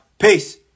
Peace